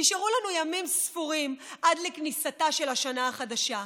נשארו לנו ימים ספורים עד לכניסתה של השנה החדשה.